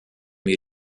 wir